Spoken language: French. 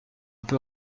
peu